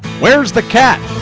where's the cat?